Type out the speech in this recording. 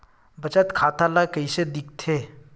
बचत खाता ला कइसे दिखथे?